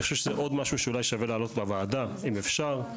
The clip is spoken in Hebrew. זה עוד משהו ששווה להעלות בוועדה אם אפשר,